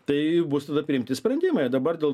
tai bus tada priimti sprendimai dabar dėl